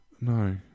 No